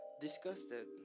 disgusted